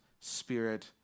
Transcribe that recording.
spirit